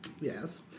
Yes